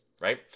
right